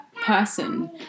person